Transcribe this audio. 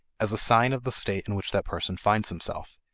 as a sign of the state in which that person finds himself,